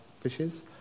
fishes